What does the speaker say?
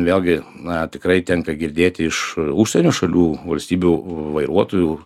vėlgi na tikrai tenka girdėti iš užsienio šalių valstybių vairuotojų